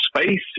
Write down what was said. Space